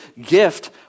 gift